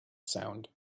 sound